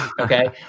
okay